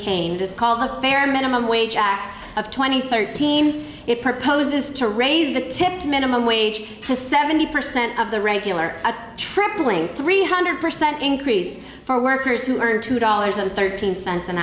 does call the fair minimum wage act of twenty thirteen it proposes to raise the tipped minimum wage to seventy percent of the regular a tripling three hundred percent increase for workers who earn two dollars and thirteen cents an